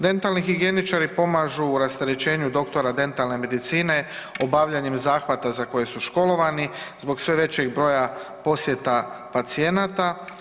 Dentalni higijeničari pomažu u rasterećenju doktora dentalne medicine obavljanjem zahvata za koje su školovani zbog sve većeg broja posjeta pacijenata.